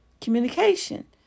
Communication